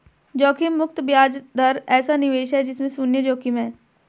जोखिम मुक्त ब्याज दर ऐसा निवेश है जिसमें शुन्य जोखिम है